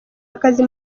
akazi